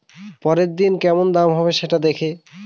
পরের দিনের কেমন দাম হবে, সেটা দেখে